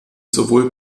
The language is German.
sowohl